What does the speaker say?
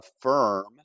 affirm